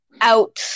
out